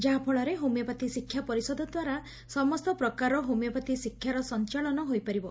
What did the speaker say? ଯାହାଫଳରେ ହୋମିଓପାଥ୍ ଶିକ୍ଷା ପରିଷଦ ଦ୍ୱାରା ସମସ୍ତ ପ୍ରକାରର ହୋମିଓପାଥି ଶିକ୍ଷାର ସଂଚାଳନ ହୋଇପାରିବ